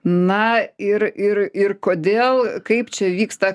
na ir ir ir kodėl kaip čia vyksta